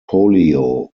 polio